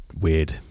weird